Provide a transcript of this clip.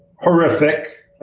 horrific.